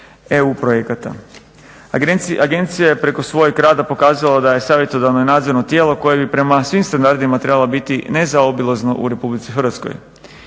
EU projekata. Agencija je preko svojeg rada pokazala da je savjetodavno i nadzorno tijelo koje bi prema svim standardima trebalo biti nezaobilazno u RH.